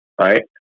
right